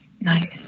Nice